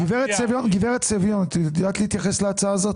גברת סביון, את יודעת להתייחס להצעה הזאת?